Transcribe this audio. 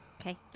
Okay